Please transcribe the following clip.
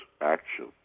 action